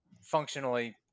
functionally